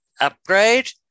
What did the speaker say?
upgrade